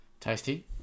Tasty